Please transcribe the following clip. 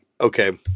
Okay